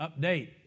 update